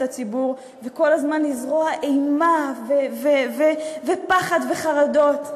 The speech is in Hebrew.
הציבור וכל הזמן לזרוע אימה ופחד וחרדות.